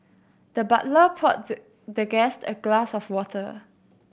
the butler poured the the guest a glass of water